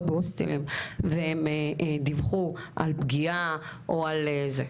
בהוסטלים והן דיווחו על פגיעה או על זה.